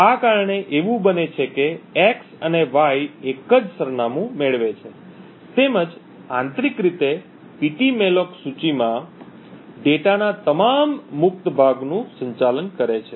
આ કારણ એવું બને છે કે x અને y એક જ સરનામું મેળવે છે તેમજ આંતરિક રીતે પીટીમેલોક સૂચિમાં ડેટાના તમામ મુક્ત ભાગનું સંચાલન કરે છે